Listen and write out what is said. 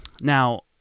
Now